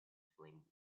flame